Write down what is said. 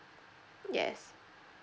yes